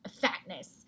fatness